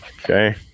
okay